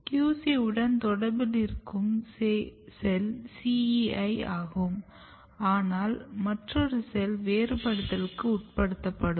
QC வுடன் தொடர்பில் இருக்கும் செல் CEI ஆகவே இருக்கும் ஆனால் மற்றொரு செல் வேறுபடுத்தலுக்கு உட்படுத்தப்படும்